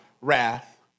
wrath